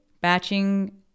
batching